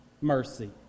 mercy